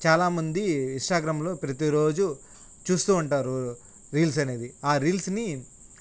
చాలామంది ఇన్స్టాగ్రామ్లో ప్రతీరోజూ చూస్తూ ఉంటారు రీల్స్ అనేది ఆ రీల్స్ని